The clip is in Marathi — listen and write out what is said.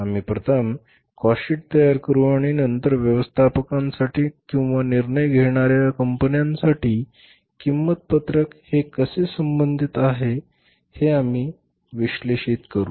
आम्ही प्रथम काॅस्ट शीटः तयार करू आणि नंतर व्यवस्थापकांसाठी किंवा निर्णय घेणार्या कंपन्यांसाठी किंमत पत्रक हे कसे संबंधित आहे हे आम्ही विश्लेषित करू